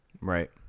right